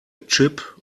chip